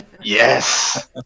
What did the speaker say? Yes